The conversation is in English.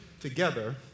together